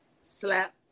slap